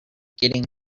getting